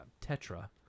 tetra